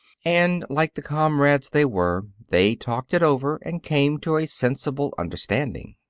and like the comrades they were, they talked it over and came to a sensible understanding.